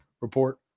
Report